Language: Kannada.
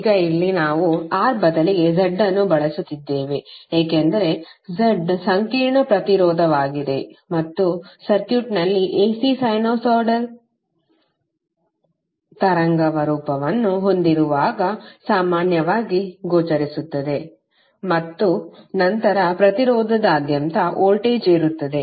ಈಗ ಇಲ್ಲಿ ನಾವು R ಬದಲಿಗೆ Z ಅನ್ನು ಬಳಸುತ್ತಿದ್ದೇವೆ ಏಕೆಂದರೆ Z ಸಂಕೀರ್ಣ ಪ್ರತಿರೋಧವಾಗಿದೆ ಮತ್ತು ಸರ್ಕ್ಯೂಟ್ನಲ್ಲಿ AC ಸೈನುಸೈಡಲ್ ತರಂಗ ರೂಪವನ್ನು ಹೊಂದಿರುವಾಗ ಸಾಮಾನ್ಯವಾಗಿ ಗೋಚರಿಸುತ್ತದೆ ಮತ್ತು ನಂತರ ಪ್ರತಿರೋಧದಾದ್ಯಂತ ವೋಲ್ಟೇಜ್ ಇರುತ್ತದೆ